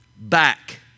back